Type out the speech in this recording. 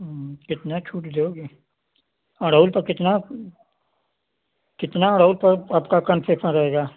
कितना छूट देओगे अड़हुल पर कितना कितना अड़हुल पर आपका कंसेसन रहेगा